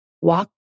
Walk